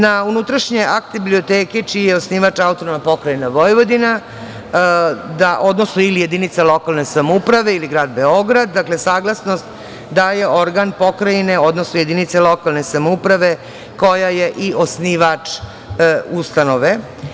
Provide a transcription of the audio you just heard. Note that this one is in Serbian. Na unutrašnji akt biblioteke čiji je osnivač AP Vojvodina ili jedinica lokalne samouprave ili grad Beograd, saglasnost daje organ pokrajine odnosno jedinice lokalne samouprave koja je i osnivač ustanove.